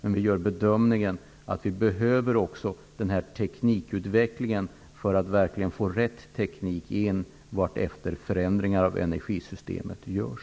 Men vi gör bedömningen att denna teknikutveckling behövs för att verkligen få rätt teknik vartefter förändringar i systemet görs.